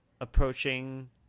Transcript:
approaching